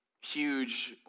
huge